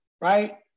right